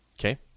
Okay